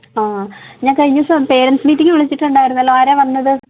ആ ഞാൻ കഴിഞ്ഞ ദിവസം പേരന്റ്സ് മീറ്റിംഗ് വിളിച്ചിട്ടുണ്ടായിരുന്നല്ലോ ആരാണ് വന്നത്